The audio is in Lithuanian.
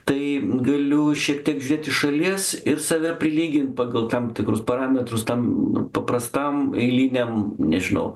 tai galiu šiek tiek žiūrėt iš šalies ir save prilygint pagal tam tikrus parametrus tam paprastam eiliniam nežinau